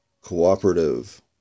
cooperative